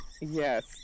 Yes